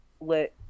let